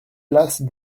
place